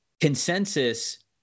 consensus